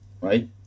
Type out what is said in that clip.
Right